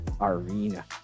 Arena